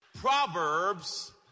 Proverbs